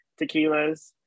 tequilas